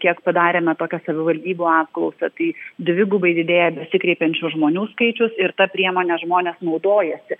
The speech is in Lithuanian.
kiek padarėme tokią savivaldybių apklausą tai dvigubai didėja besikreipiančių žmonių skaičius ir ta priemone žmonės naudojasi